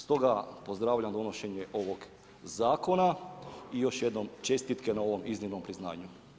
Stoga pozdravljam donošenje ovog zakona i još jednom čestitke na ovom iznimnom priznanju.